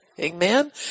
amen